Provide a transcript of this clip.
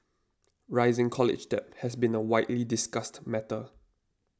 rising college debt has been a widely discussed matter